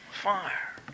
fire